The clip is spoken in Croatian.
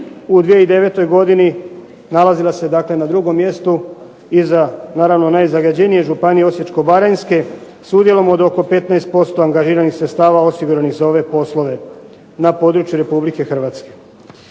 u 2009. godini nalazila se dakle na 2 mjestu iza naravno najzagađenije županije Osječko-baranjske s udjelom od oko 15% angažiranih sredstava osiguranih za ove poslove na području RH.